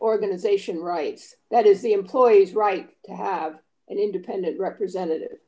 organization rights that is the employee's right to have an independent represent